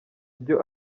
ibyo